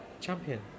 champion